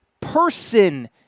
person